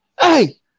Hey